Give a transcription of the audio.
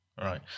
Right